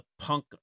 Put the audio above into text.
punk